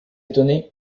étonnés